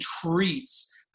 treats